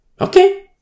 Okay